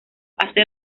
hace